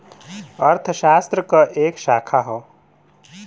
अर्थशास्त्र क एक शाखा हौ